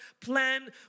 plan